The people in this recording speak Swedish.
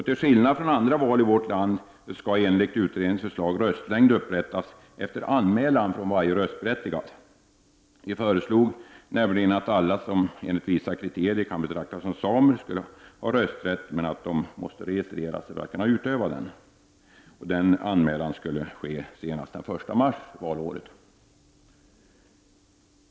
Till skillnad från andra val i vårt land skall röstlängd, enligt utredningens förslag, upprättas efter anmälan från varje röstberättigad. Vi föreslog nämligen att alla som enligt vissa kriterier kan betraktas som samer skall ha rösträtt, men att de måste registrera sig för att kunna utöva rösträtten. Anmälan skulle ske senast den 1 mars valåret.